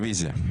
רביזיה.